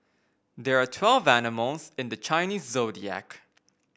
there are twelve animals in the Chinese Zodiac